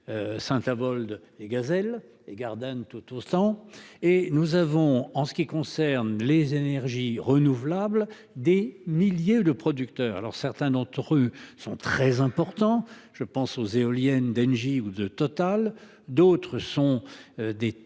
Saint-Avold et gazelles et Gardanne tout temps et nous avons en ce qui concerne les énergies renouvelables. Des milliers de producteurs. Alors certains d'entre eux sont très importants, je pense aux éoliennes d'Engie ou de Total. D'autres sont des tout